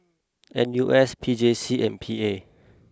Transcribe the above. N U S P J C and P A